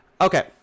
Okay